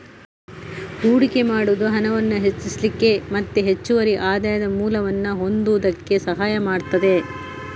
ಹೂಡಿಕೆ ಮಾಡುದು ಹಣವನ್ನ ಹೆಚ್ಚಿಸ್ಲಿಕ್ಕೆ ಮತ್ತೆ ಹೆಚ್ಚುವರಿ ಆದಾಯದ ಮೂಲವನ್ನ ಹೊಂದುದಕ್ಕೆ ಸಹಾಯ ಮಾಡ್ತದೆ